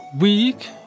week